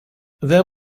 there